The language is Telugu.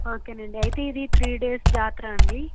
ఓకేనండి అయితే ఇది త్రీ డేస్ జాతర అండి